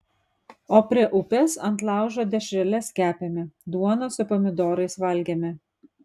o prie upės ant laužo dešreles kepėme duoną su pomidorais valgėme